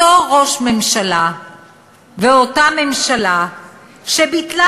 אותו ראש ממשלה ואותה ממשלה שביטלה